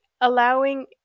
allowing